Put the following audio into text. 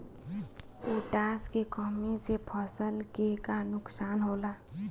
Potash के कमी से फसल के का नुकसान होला?